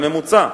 לממוצע,